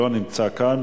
שלא נמצא כאן.